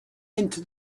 into